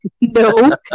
No